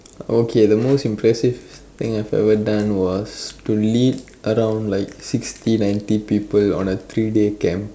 okay the most impressive thing I have ever done was to lead around like sixty ninety people on a three day camp